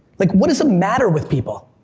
like what is the matter with people?